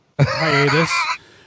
Hiatus